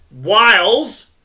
wiles